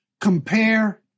compare